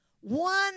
one